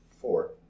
four